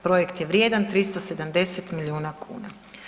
Projekt je vrijedan 370 miliona kuna.